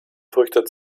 fürchtet